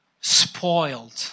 spoiled